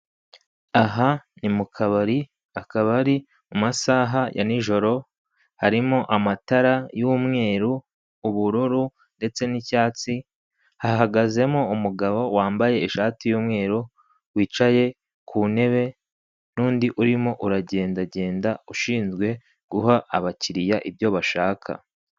Aha ni mu kabari, akaba ari mu masaha ya nijoro, harimo amatara y'umweru, ubururu ndetse n'icyatsi, hahagazemo umugabo wambaye ishati y'umweru, wicaye ku ntebe n'undi urimo uragendagenda, ushinzwe guha abakiriya ibyo bashaka.